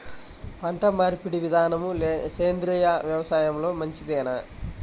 పంటమార్పిడి విధానము సేంద్రియ వ్యవసాయంలో మంచిదేనా?